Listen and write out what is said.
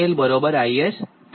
તો I𝑙 IS થાય